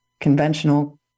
conventional